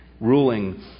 ruling